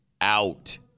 out